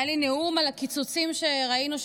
היה לי נאום על הקיצוצים שראינו,